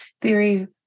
theory